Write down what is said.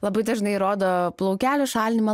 labai dažnai rodo plaukelių šalinimą